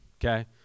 okay